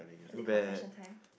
is it confession time